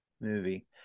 movie